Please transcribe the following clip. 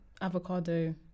avocado